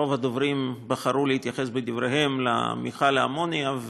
רוב הדוברים בחרו להתייחס בדבריהם למכל האמוניה,